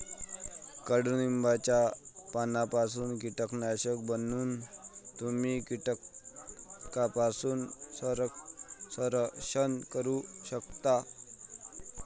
कडुलिंबाच्या पानांपासून कीटकनाशक बनवून तुम्ही कीटकांपासून संरक्षण करू शकता